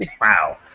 Wow